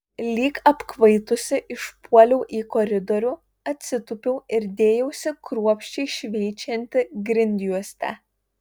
lyg apkvaitusi išpuoliau į koridorių atsitūpiau ir dėjausi kruopščiai šveičianti grindjuostę